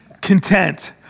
content